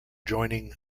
joining